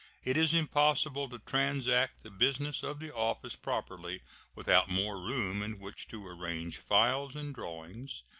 it is impossible to transact the business of the office properly without more room in which to arrange files and drawings,